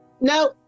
No